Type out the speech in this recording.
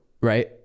right